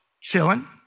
chilling